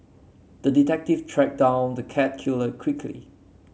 the detective tracked down the cat killer quickly